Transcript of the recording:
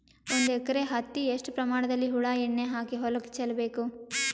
ಒಂದು ಎಕರೆ ಹತ್ತಿ ಎಷ್ಟು ಪ್ರಮಾಣದಲ್ಲಿ ಹುಳ ಎಣ್ಣೆ ಹಾಕಿ ಹೊಲಕ್ಕೆ ಚಲಬೇಕು?